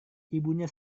ibunya